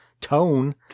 tone